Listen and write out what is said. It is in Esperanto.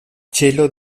celo